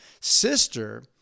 sister